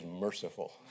merciful